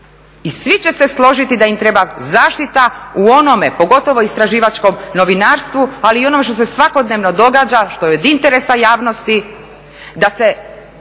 I svi će se složiti da im treba zaštita u onome pogotovo u istraživačkom novinarstvu, ali i u onome što se svakodnevno događa što je od interesa javnosti da se